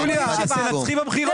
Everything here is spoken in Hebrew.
יוליה, תנצחי בבחירות.